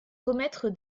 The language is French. commettre